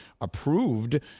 approved